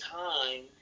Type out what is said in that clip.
time